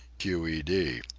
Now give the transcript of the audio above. q e d.